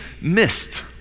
missed